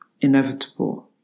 inevitable